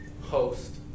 host